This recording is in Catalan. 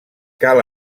cal